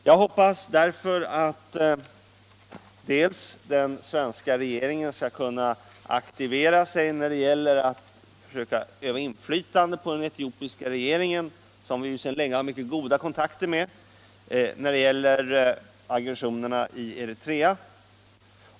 Jag hoppas därför att den svenska regeringen skall kunna aktivera sig genom att försöka öva inflytande på den etiopiska regeringen, som vi ju sedan länge har mycket goda kontakter med, när det gäller aggressionerna i Eritrea.